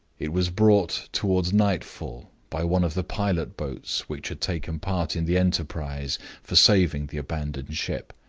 it was brought toward night-fall by one of the pilot-boats which had taken part in the enterprise for saving the abandoned ship.